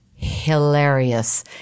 hilarious